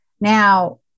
Now